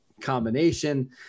combination